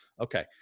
Okay